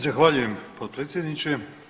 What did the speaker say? Zahvaljujem potpredsjedniče.